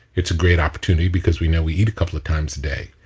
it's a great opportunity because we know we eat a couple of times a day.